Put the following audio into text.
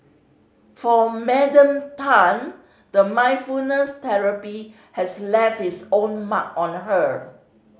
for Madam Tan the mindfulness therapy has left its mark on her